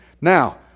Now